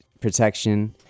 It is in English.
Protection